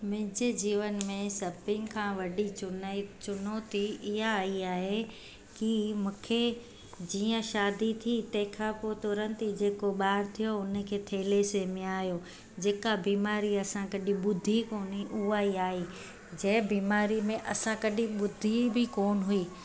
मुंहिंजे जीवन में सभिनि खां वॾी चुनाई चुनौती इहा आई आहे की मूंखे जीअं शादी थी तंहिंखां पोइ तुरंत ई जेको बारु थियो उनखे थैलेसेमिया आयो जेका बीमारी असां कॾहिं ॿुधी कोन हुई उहा ई आइ जंहिं बीमारीअ में असां कॾहिं ॿुधी बि कोन हुई